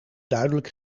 duidelijk